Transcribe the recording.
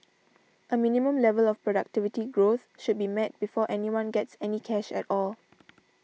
a minimum level of productivity growth should be met before anyone gets any cash at all